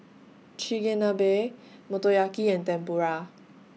Chigenabe Motoyaki and Tempura